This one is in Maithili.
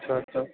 अच्छा अच्छा